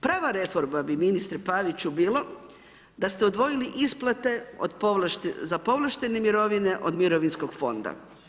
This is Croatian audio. Prva reforma bi ministre Paviću bilo da ste odvojili isplate za povlaštene mirovine od mirovinskog fonda.